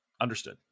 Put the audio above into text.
Understood